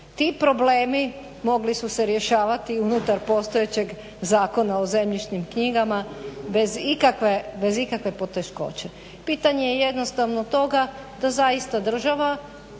Ti problemi mogli su se rješavati i unutar postojećeg Zakona o zemljišnim knjigama bez ikakve poteškoće. Pitanje je jednostavno toga da zaista država